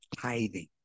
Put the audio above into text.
tithing